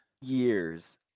Years